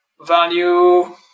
value